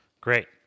Great